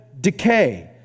decay